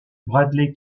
bradley